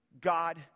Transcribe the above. God